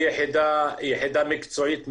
זו יחידה מקצועית מאוד,